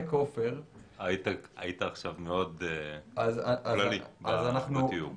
היית עכשיו מאוד כללי בתיאור.